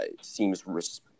seems